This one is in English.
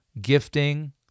gifting